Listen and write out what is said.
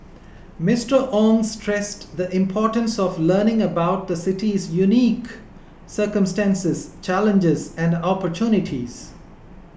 Mister Ong stressed the importance of learning about the city's unique circumstances challenges and opportunities